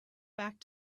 back